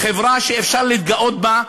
חברה שאפשר להתגאות בה,